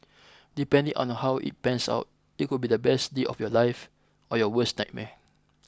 depending on how it pans out it could be the best day of your life or your worst nightmare